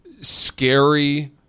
scary